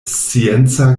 scienca